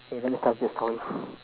okay let me tell this story